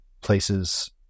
places